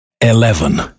eleven